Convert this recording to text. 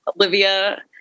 Olivia